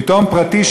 עיתון פרטי,